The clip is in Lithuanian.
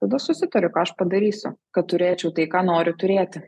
tada susitariu ką aš padarysiu kad turėčiau tai ką noriu turėti